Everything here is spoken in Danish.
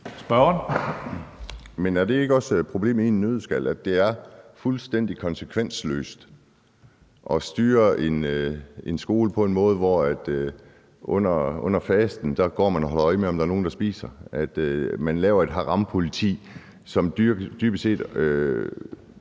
Andersen (NB): Men er det ikke også problemet i en nøddeskal, altså at det er fuldstændig konsekvensløst at styre en skole på en måde, hvor man under fasten går og holder øje med, om der er nogen, der spiser? Man laver et harampoliti, som dybest set